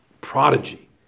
prodigy